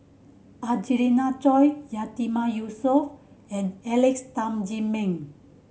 Angelina Choy Yatiman Yusof and Alex Tam Ziming